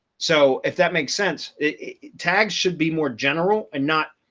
so if that makes sense, it tags should be more general, and not,